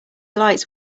lights